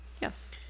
Yes